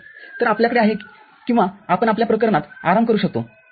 तर आपल्याकडे आहे किंवा आपण आपल्या प्रकरणात आराम करू शकतो ठीक आहे